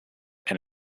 and